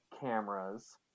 cameras